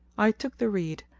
i took the reed,